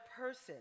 person